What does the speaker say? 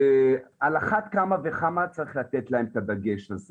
שעל אחת כמה וכמה צריך לתת להן את הדגש הזה